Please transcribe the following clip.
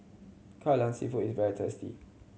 Kai Lan Seafood is very tasty